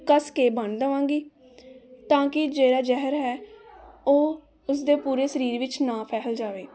ਕਸ ਕੇ ਬੰਨ ਦੇਵਾਂਗੀ ਤਾਂ ਕਿ ਜਿਹੜਾ ਜ਼ਹਿਰ ਹੈ ਉਹ ਉਸਦੇ ਪੂਰੇ ਸਰੀਰ ਵਿੱਚ ਨਾ ਫੈਲ ਜਾਵੇ